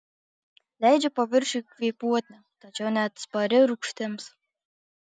leidžia paviršiui kvėpuoti tačiau neatspari rūgštims